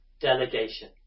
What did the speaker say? delegation